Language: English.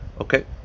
Okay